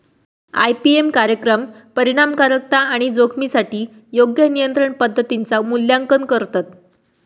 IPM कार्यक्रम परिणामकारकता आणि जोखमीसाठी योग्य नियंत्रण पद्धतींचा मूल्यांकन करतत